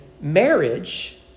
marriage